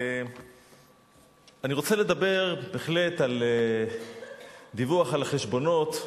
אני רוצה לדבר בהחלט על דיווח על חשבונות,